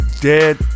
dead